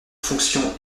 fonctions